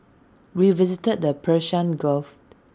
we visited the Persian gulf